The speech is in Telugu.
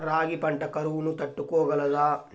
రాగి పంట కరువును తట్టుకోగలదా?